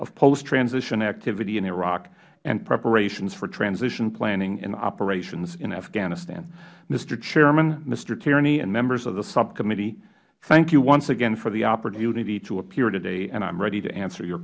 of post transition activity in iraq and preparations for transition planning in operations in afghanistan mister chairman mister tierney and members of the subcommittee thank you once again for the opportunity to appear today and i am ready to answer your